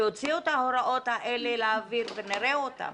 שיוציאו את ההוראות האלה לאוויר ונראה אותן.